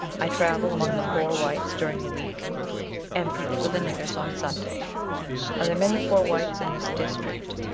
i travel among the poor whites during the week and preach for the niggers on sunday. are there many poor whites in this district?